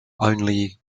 only